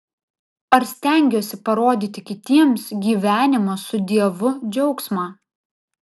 ar stengiuosi parodyti kitiems gyvenimo su dievu džiaugsmą